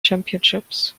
championships